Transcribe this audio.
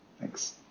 Thanks